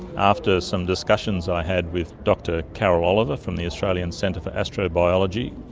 after some discussions i had with dr carol oliver from the australian centre for astrobiology,